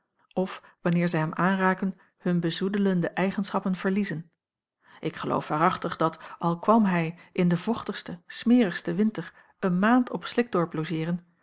of wanneer zij hem aanraken hun bezoedelende eigenschappen verliezen ik geloof waarachtig dat al kwam hij in den vochtigsten smerigsten winter een maand op slikdorp logeeren